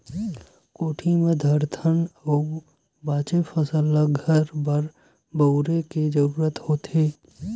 कोठी म धरथन अउ बाचे फसल ल घर बर बउरे के जरूरत होथे